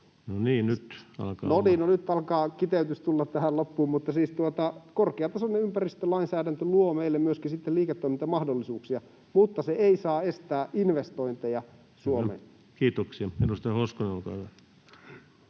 No niin, nyt alkaa kiteytys tulla tähän loppuun, mutta siis korkeatasoinen ympäristölainsäädäntö luo meille myöskin sitten liiketoimintamahdollisuuksia, mutta se ei saa estää investointeja Suomeen. [Speech 190] Speaker: